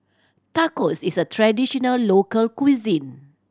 tacos is a traditional local cuisine